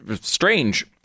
strange